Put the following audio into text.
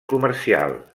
comercial